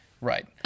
Right